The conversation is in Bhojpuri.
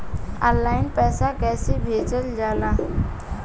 ऑनलाइन पैसा कैसे भेजल जाला?